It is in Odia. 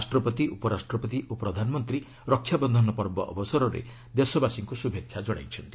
ରାଷ୍ଟ୍ରପତି ଉପରାଷ୍ଟ୍ରପତି ଓ ପ୍ରଧାନମନ୍ତ୍ରୀ ରକ୍ଷାବନ୍ଧନ ପର୍ବ ଅବସରରେ ଦେଶବାସୀଙ୍କୁ ଶୁଭେଛା ଜଣାଇଛନ୍ତି